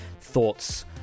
thoughts